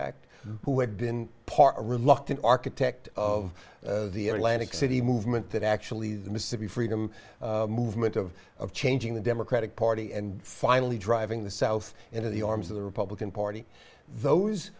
act who had been part reluctant architect of the atlanta city movement that actually the mississippi freedom movement of of changing the democratic party and finally driving the south into the arms of the republican party those